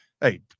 hey